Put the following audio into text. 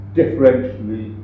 differentially